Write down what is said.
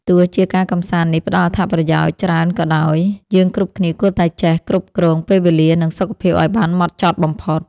ទោះជាការកម្សាន្តនេះផ្ដល់អត្ថប្រយោជន៍ច្រើនក៏ដោយយើងគ្រប់គ្នាគួរតែចេះគ្រប់គ្រងពេលវេលានិងសុខភាពឱ្យបានហ្មត់ចត់បំផុត។